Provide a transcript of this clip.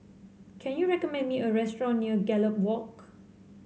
can you recommend me a restaurant near Gallop Walk